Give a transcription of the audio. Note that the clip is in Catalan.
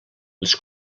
les